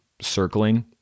circling